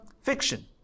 fiction